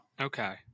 Okay